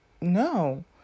No